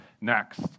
next